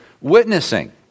Witnessing